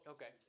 Okay